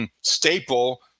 staple